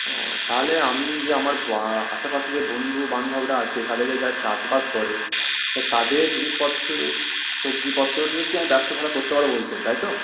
ওহ তাহলে আমি যে আমার আশেপাশে যে বন্ধু বান্ধবরা আছে তাদের চাষবাস করে তাদের জিনিসপত্র সবজিপত্র নিয়েও কি আমি ব্যবসা করতে পারবো বলছেন তাই তো